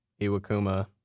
Iwakuma